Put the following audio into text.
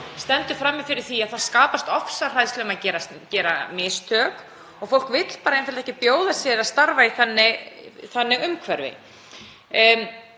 stendur frammi fyrir því að það skapast ofsahræðsla við að gera mistök. Fólk vill einfaldlega ekki láta bjóða sér að starfa í þannig umhverfi.